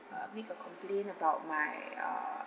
uh make a complain about my uh